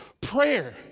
prayer